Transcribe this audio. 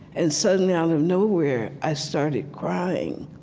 and suddenly, out of nowhere, i started crying.